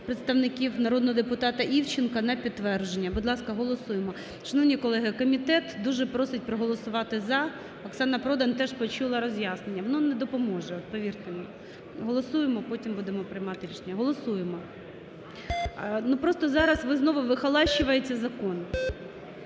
представників, народного депутата Івченка на підтвердження. Будь ласка, голосуємо. Шановні колеги, комітет дуже просить проголосувати "за", Оксана Продан теж почула роз'яснення. Воно не допоможе от, повірте мені. Голосуємо, а потім будемо приймати рішення. Голосуємо. Ну, просто зараз ви знову выхолащиваете закон.